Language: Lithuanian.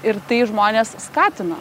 ir tai žmones skatina